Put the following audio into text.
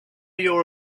your